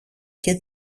και